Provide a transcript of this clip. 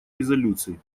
резолюций